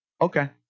okay